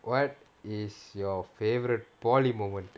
what is your favourite polytechnic moment